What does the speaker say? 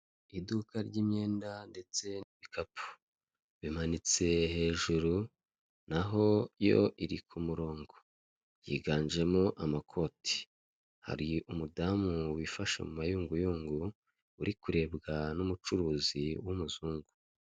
Nyakubahwa umukuru w'igihugu cy'u Rwanda yambaye ikote ndetse n'ishati y'umweru, akaba ari kuramukanya n'umucamanza wambaye ingofero irimo ibara ry'umuhondo ndetse n'iry'umukara.